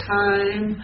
time